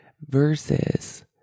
versus